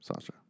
Sasha